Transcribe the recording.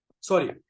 Sorry